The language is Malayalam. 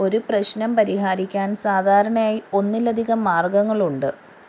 ഒരു പ്രശ്നം പരിഹരിക്കാൻ സാധാരണയായി ഒന്നിലധികം മാർഗങ്ങളുണ്ട്